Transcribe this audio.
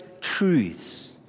truths